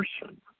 person